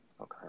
Okay